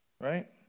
Right